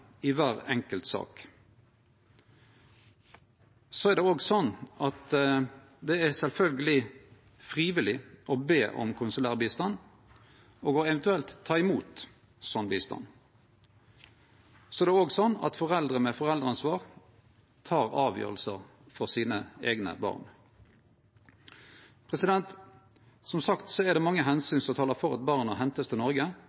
i kvar enkelt sak. Det er sjølvsagt frivillig å be om konsulær bistand og eventuelt å ta imot slik bistand. Det er òg slik at foreldre med foreldreansvar tek avgjerder for sine eigne barn. Som sagt er det mange omsyn som talar for at barna vert henta til